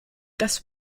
das